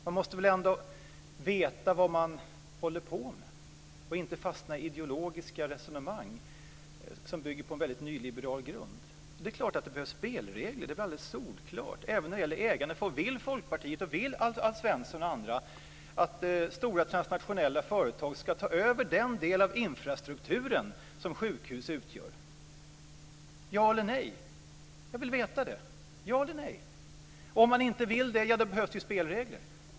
Man måste väl ändå veta vad man håller på med och inte fastna i ideologiska resonemang som bygger på en väldigt nyliberal grund? Det är klart att det behövs spelregler även när det gäller ägande. Det är alldeles solklart. Vill Folkpartiet och Alf Svensson och andra att stora transnationella företag ska ta över den del av infrastrukturen som sjukhus utgör? Ja eller nej? Jag vill veta det. Om man inte vill det behövs det spelregler.